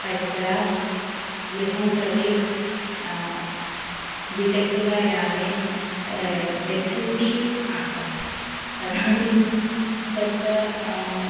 परिसरात् गृहं प्रति द्विचक्रिकायाने गच्छन्ती आसं तदानीं तत्र